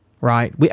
right